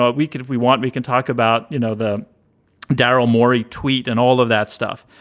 ah we could if we want, we can talk about, you know, the daryl mori tweet and all of that stuff.